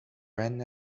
ran